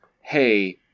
hey